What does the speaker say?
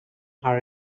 her